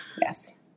Yes